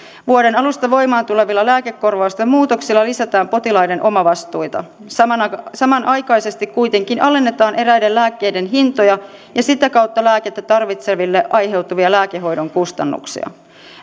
vuoden alusta voimaan tulevilla lääkekorvausten muutoksilla lisätään potilaiden omavastuita samanaikaisesti samanaikaisesti kuitenkin alennetaan eräiden lääkkeiden hintoja ja sitä kautta lääkettä tarvitseville aiheutuvia lääkehoidon kustannuksia